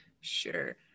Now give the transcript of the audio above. Sure